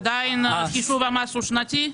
חישוב המס עדיין שנתי.